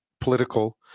political